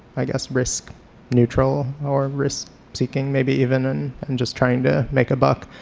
i guess risk neutral or risk seeking maybe even and just trying to make a buck.